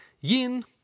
Yin